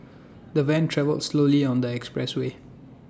the van travelled slowly on the expressway